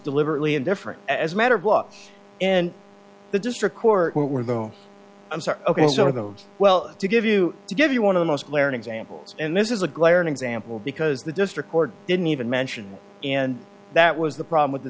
deliberately indifferent as a matter of books in the district court were though i'm sorry ok so are the well to give you to give you one of the most glaring examples and this is a glaring example because the district court didn't even mention and that was the problem with th